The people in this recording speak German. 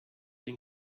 den